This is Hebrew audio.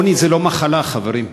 עוני זה לא מחלה, חברים,